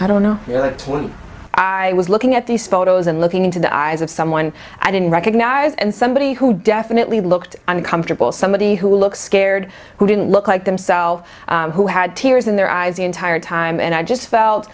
i don't know what i was looking at these photos and looking into the eyes of someone i didn't recognize and somebody who definitely looked uncomfortable somebody who looks scared who didn't look like themselves who had tears in their eyes the entire time and i just felt